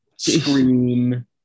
Scream